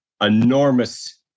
enormous